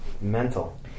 mental